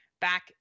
back